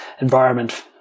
environment